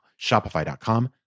Shopify.com